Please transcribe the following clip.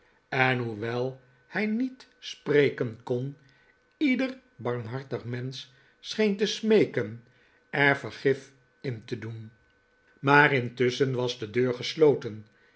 en hoewel hij niet spreken kon ieder barmhartig mensch scheen te smeeken er vergif in te doen maar intusschen was de deur gesloten